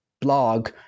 blog